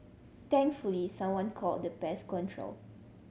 thankfully someone called the pest control